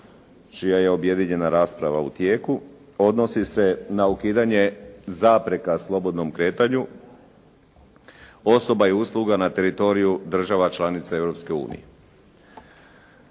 čija je objedinjena rasprava u tijeku odnosi se na ukidanje zapreka slobodnom kretanju osoba i usluga na teritoriju država članica